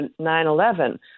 9-11 –